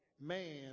man